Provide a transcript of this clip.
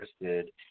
interested